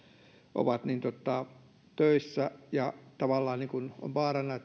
ovat töissä ja tavallaan on vaarana